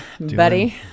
buddy